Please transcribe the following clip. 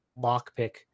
lockpick